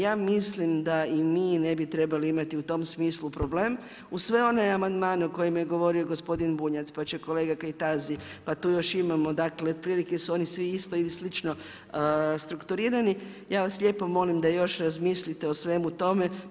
Ja mislim da i mi ne bi trebali imati u tom smislu problem, uz sve one amandmane o kojima je govorio gospodin Bunjac, pa će kolega Kajtazi pa tu još imamo dakle otprilike su oni svi isto ili slično strukturirani, ja vas lijepo molim da još razmislite o svemu tome.